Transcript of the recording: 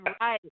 right